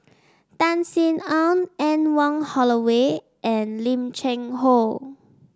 Tan Sin Aun Anne Wong Holloway and Lim Cheng Hoe